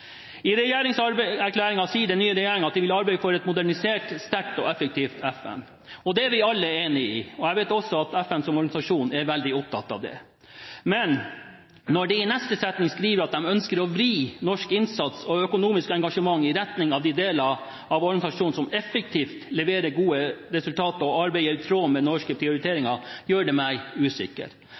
i vårt bistandsarbeid. I regjeringserklæringen sier den nye regjeringen at den vil «arbeide for et modernisert, sterkt og effektivt FN». Det er vi alle enige om. Jeg vet også at FN som organisasjon er veldig opptatt av det. Men når regjeringen i neste setning skriver at de ønsker å vri norsk innsats og økonomisk engasjement «i retning av de delene av organisasjonen som effektivt leverer gode resultater og arbeider i tråd med norske prioriteringer», gjør det meg usikker.